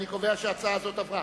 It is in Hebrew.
אני קובע שהצעה זו עברה.